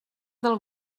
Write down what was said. del